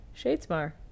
Shadesmar